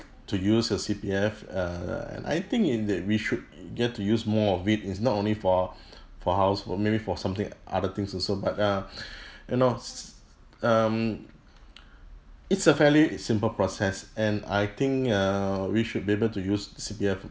to use your C_P_F err and I think in that we should get to use more of it it's not only for for house maybe for something other things also but uh you know s~ s~ um it's a fairly simple process and I think err we should be able to use C_P_F